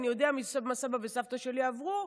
אני יודע מה סבא וסבתא שלי עברו,